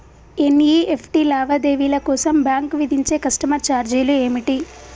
NEFT లావాదేవీల కోసం bank విధించే కస్టమర్ ఛార్జీలు ఏమిటి?